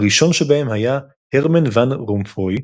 הראשון שבהם היה הרמן ואן רומפויי,